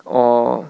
or